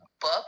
book